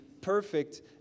perfect